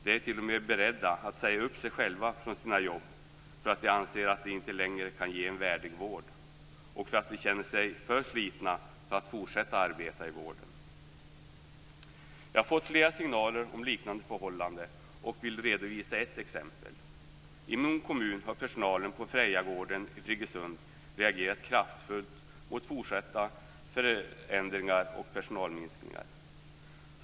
Man är t.o.m. beredd att säga upp sig från sitt jobb därför att man anser att det inte längre går att ge en värdig vård och därför att man känner sig för sliten för att fortsätta att arbeta i vården. Jag har fått fler signaler om liknande förhållanden och vill redovisa ett exempel. I min hemkommun, Friggesund, har personalen på Frejagården reagerat kraftfullt mot fortsatta förändringar och personalminskningar.